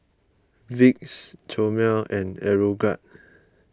Vicks Chomel and Aeroguard